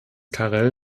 karel